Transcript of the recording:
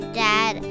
dad